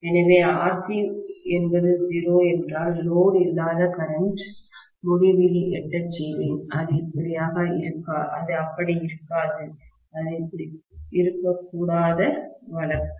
எனவே RC என்பது 0 என்றால் லோடு இல்லாத கரண்டை முடிவிலி எட்ட செய்வேன் அது அப்படி இருக்காது அது இருக்கக்கூடாத வழக்கு